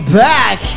back